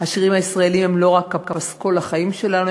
השירים הישראליים הם לא רק פסקול החיים שלנו,